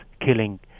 killing